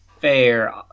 fair